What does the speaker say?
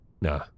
Nah